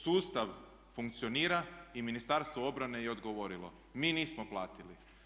Sustav funkcionira i Ministarstvo obrane je odgovorilo mi nismo platili.